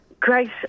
Grace